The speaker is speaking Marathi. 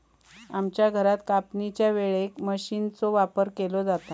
आमच्या घरात कापणीच्या वेळेक मशीनचो वापर केलो जाता